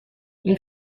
این